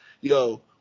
Yo